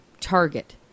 target